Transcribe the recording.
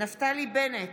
נפתלי בנט,